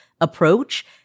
approach